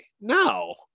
No